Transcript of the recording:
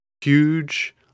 huge